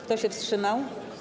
Kto się wstrzymał?